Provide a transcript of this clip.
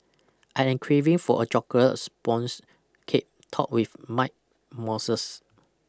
I am craving for a chocolate sponge cake topped with mite mosses